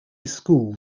school